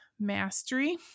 mastery